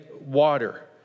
water